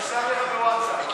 אני אשלח לך בווטסאפ.